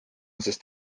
sest